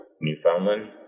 Newfoundland